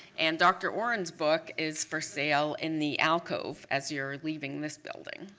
and dr. oren's book is for sale in the alcove as you're leaving this building,